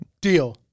Deal